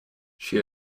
she